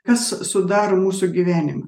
kas sudaro mūsų gyvenimą